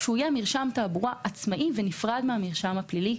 שיהיה מרשם תעבורה עצמאי ונפרד מהמרשם הפלילי,